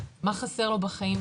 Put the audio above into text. מה חסר לו בחיים,